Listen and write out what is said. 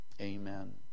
Amen